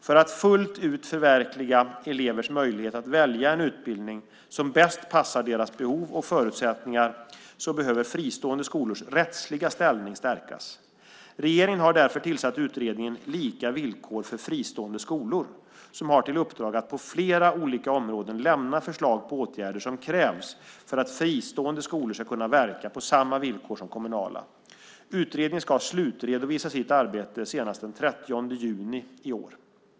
För att fullt ut förverkliga elevers möjlighet att välja en utbildning som bäst passar deras behov och förutsättningar behöver fristående skolors rättsliga ställning stärkas. Regeringen har därför tillsatt utredningen Lika villkor för fristående skolor som har till uppdrag att på flera olika områden lämna förslag på åtgärder som krävs för att fristående skolor ska kunna verka på samma villkor som kommunala. Utredningen ska slutredovisa sitt arbete senast den 30 juni i år.